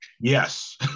yes